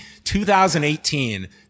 2018